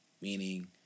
Meaning